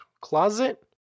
closet